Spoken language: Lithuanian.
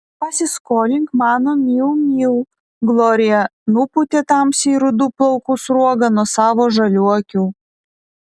pasiskolink mano miu miu glorija nupūtė tamsiai rudų plaukų sruogą nuo savo žalių akių